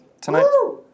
tonight